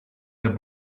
der